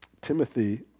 Timothy